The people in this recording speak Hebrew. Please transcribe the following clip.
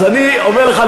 אז אני אומר לך,